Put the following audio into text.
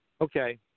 Okay